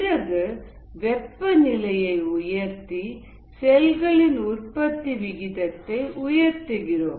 பிறகு வெப்ப நிலையை உயர்த்தி செல்களின் உற்பத்தி விகிதத்தை உயர்த்துகிறோம்